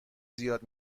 زیاد